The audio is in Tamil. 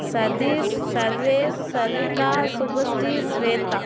சதீஷ் சர்வேஷ் சர்விகா சுபஸ்ரீ ஸ்வேதா